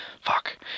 Fuck